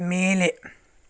ಮೇಲೆ